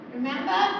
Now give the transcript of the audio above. Remember